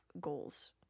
goals